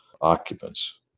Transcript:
occupants